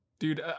Dude